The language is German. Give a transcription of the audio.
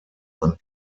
man